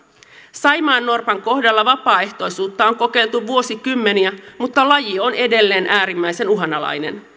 saimaannorpan kohdalla vapaaehtoisuutta on kokeiltu vuosikymmeniä mutta laji on edelleen äärimmäisen uhanalainen